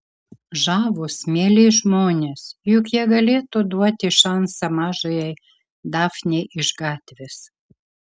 žavūs mieli žmonės juk jie galėtų duoti šansą mažajai dafnei iš gatvės